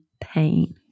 pain